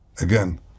again